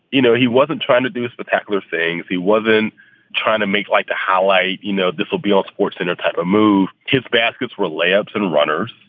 you know, he wasn't trying to do particular thing if he wasn't trying to make like the highlight. you know, this will be all sportscenter type a move. his baskets were layups and runners.